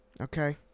Okay